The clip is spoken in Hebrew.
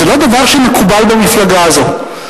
זה לא דבר שמקובל במפלגה הזאת.